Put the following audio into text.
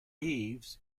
eaves